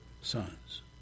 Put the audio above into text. sons